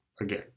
again